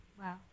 Wow